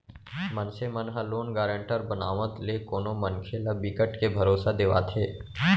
मनसे मन ह लोन गारंटर बनावत ले कोनो मनखे ल बिकट के भरोसा देवाथे